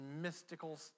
mystical